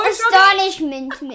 Astonishment